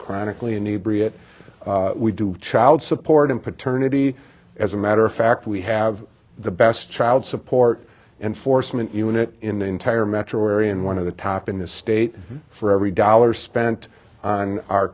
that we do child support and paternity as a matter of fact we have the best child support enforcement unit in the entire metro area and one of the top in the state for every dollar spent on our